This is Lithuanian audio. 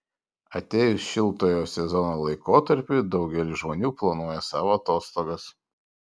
atėjus šiltojo sezono laikotarpiui daugelis žmonių planuoja savo atostogas